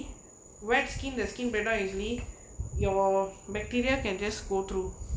wet skin the skin Bata easily your bacteria can just go through